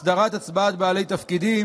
הצבעה ראשונה,